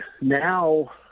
now